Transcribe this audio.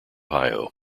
ohio